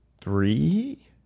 three